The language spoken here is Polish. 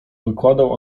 wykładał